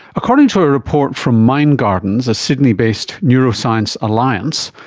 according to a report from mindgardens, a sydney-based neuroscience alliance,